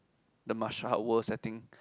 the marshal art world setting